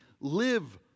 live